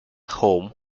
home